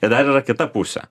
ir dar yra kita pusė